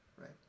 right